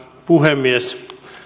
puhemies